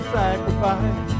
sacrifice